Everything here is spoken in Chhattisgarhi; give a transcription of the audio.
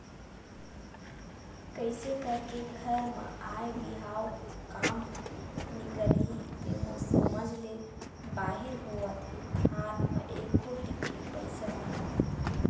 कइसे करके घर म आय बिहाव काम ह निकलही ते मोर समझ ले बाहिर होवत हे हात म एको टिकली पइसा नइ हे